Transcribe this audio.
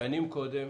שנים קודם,